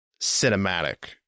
cinematic